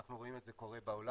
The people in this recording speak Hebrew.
אנחנו רואים את זה קורה בעולם.